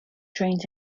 trained